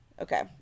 Okay